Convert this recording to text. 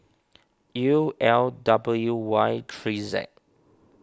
U L W Y three Z